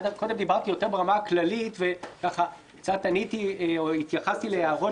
קודם דיברתי יותר ברמה הכללית והתייחסתי להערות